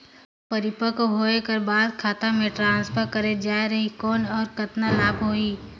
परिपक्व होय कर बाद खाता मे ट्रांसफर करे जा ही कौन और कतना लाभ होही?